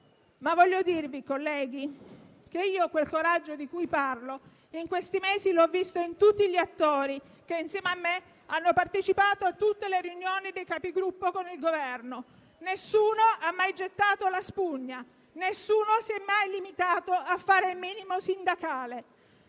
Voglio dirvi, colleghi, che quel coraggio di cui parlo l'ho visto in questi mesi in tutti gli attori che, insieme a me, hanno partecipato a tutte le riunioni dei Capigruppo con il Governo. Nessuno ha mai gettato la spugna, né si è mai limitato a fare il minimo sindacale.